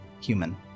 human